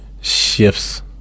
shifts